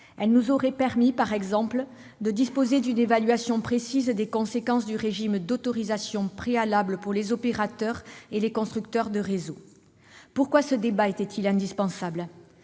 Elle nous aurait permis, par exemple, de disposer d'une évaluation précise des conséquences du régime d'autorisation préalable pour les opérateurs et les constructeurs de réseaux. Pourquoi ce débat était-il indispensable ?